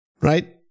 Right